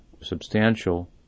substantial